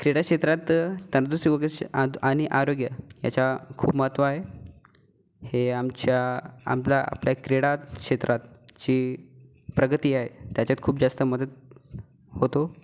क्रीडाक्षेत्रात तंदुरुस्त आणि आरोग्य याच्या खूप महत्व आहे हे आमच्या आपला आपल्या क्रीडाक्षेत्रात ची प्रगती आहे त्याच्या खूप जास्त मदत होतो